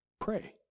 pray